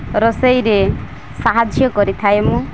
ରୋଷେଇରେ ସାହାଯ୍ୟ କରିଥାଏ ମୁଁ